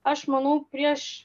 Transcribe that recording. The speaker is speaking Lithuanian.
aš manau prieš